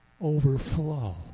overflow